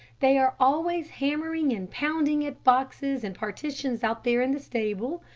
they are always hammering and pounding at boxes and partitions out there in the stable,